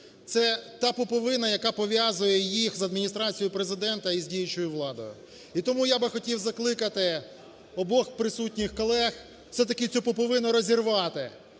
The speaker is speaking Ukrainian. Це та пуповина, яка пов'язує їх з Адміністрацією Президента і з діючою владою. І тому я би хотів закликати обох присутніх колег все-таки цю пуповину розірвати.